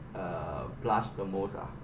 uh blush the most ah